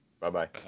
Bye-bye